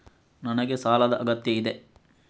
ನನಗೆ ಸಾಲದ ಅಗತ್ಯ ಇದೆ?